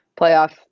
playoff